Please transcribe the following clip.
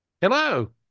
Hello